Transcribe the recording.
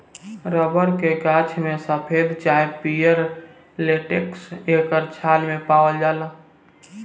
rubber के गाछ में सफ़ेद चाहे पियर लेटेक्स एकर छाल मे पावाल जाला